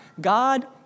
God